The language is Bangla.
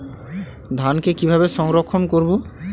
ধানকে কিভাবে সংরক্ষণ করব?